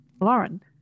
Lauren